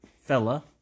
fella